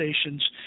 stations